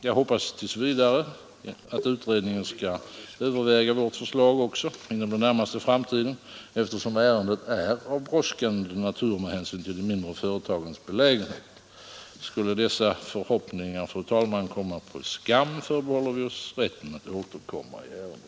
Jag hoppas tills vidare att utredningen skall överväga vårt förslag inom den närmaste framtiden, eftersom ärendet är av brådskande natur med hänsyn till de mindre företagens belägenhet. Skulle dessa förhoppningar, fru talman, komma på skam, förbehåller vi oss rätten att återkomma i ärendet.